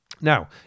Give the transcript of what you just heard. Now